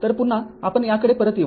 तर पुन्हा आपण याकडे परत येऊ